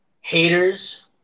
Haters